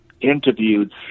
interviewed